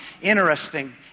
interesting